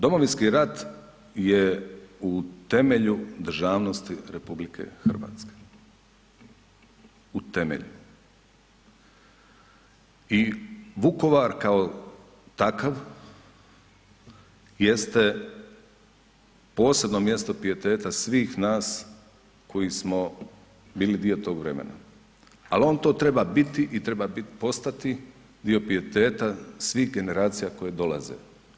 Domovinski rat je u temelju državnosti RH, u temelju i Vukovar kao takav jeste posebno mjesto pijeteta svih nas koji smo bili dio tog vremena, al on to treba biti i treba postati dio pijeteta svih generacija koje dolaze.